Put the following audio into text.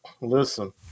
listen